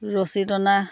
ৰছী টনা